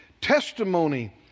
Testimony